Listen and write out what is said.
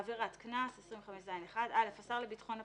עבירת קנס 25ז1 השר לביטחון הפנים,